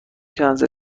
کنسل